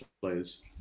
players